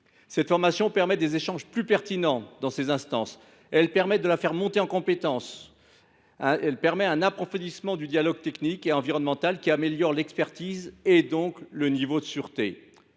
Cette formation permet des échanges plus pertinents dans ces instances et d’améliorer les compétences de leurs membres. Elle permet un approfondissement du dialogue technique et environnemental qui améliore l’expertise et donc le niveau de sûreté.